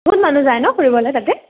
বহুত মানুহ যায় নহ্ তাতে ফুৰিবলৈ তাতে